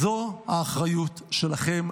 זו האחריות שלכם,